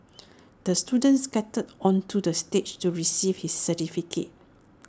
the student skated onto the stage to receive his certificate